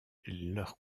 leur